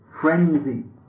frenzy